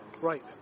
Right